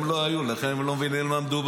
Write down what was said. הם לא היו, לכן הם לא מבינים על מה מדובר.